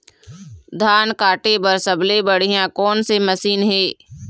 धान काटे बर सबले बढ़िया कोन से मशीन हे?